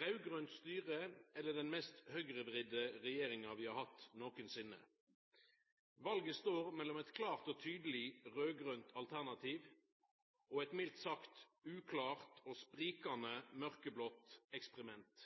raud-grønt styre eller den mest høgrevridde regjeringa vi har hatt nokosinne. Valet står mellom eit klart og tydeleg raud-grønt alternativ og eit mildt sagt uklart og sprikjande mørkeblått eksperiment.